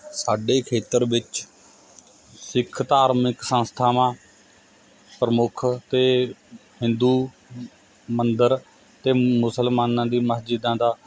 ਸਾਡੇ ਖੇਤਰ ਵਿੱਚ ਸਿੱਖ ਧਾਰਮਿਕ ਸੰਸਥਾਵਾਂ ਪ੍ਰਮੁੱਖ ਅਤੇ ਹਿੰਦੂ ਮੰਦਰ ਅਤੇ ਮੁਸਲਮਾਨਾਂ ਦੀ ਮਸਜਿਦਾਂ ਦਾ